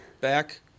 back